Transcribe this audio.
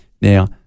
Now